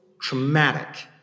traumatic